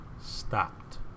stopped